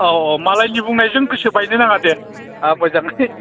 औ औ मालायनि बुंनायजों गोसो बायनो नाङा दे मोजाङै